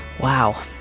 Wow